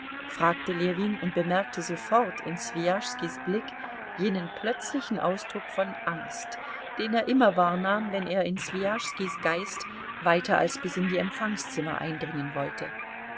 fragte ljewin und bemerkte sofort in swijaschskis blick jenen plötzlichen ausdruck von angst den er immer wahrnahm wenn er in swijaschskis geist weiter als bis in die empfangszimmer eindringen wollte